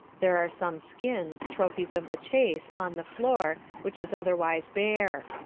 there are some skins, trophies of the chase, on the floor, which is otherwise bare.